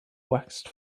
waxed